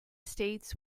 states